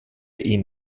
ihn